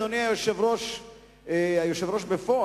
אדוני היושב-ראש בפועל,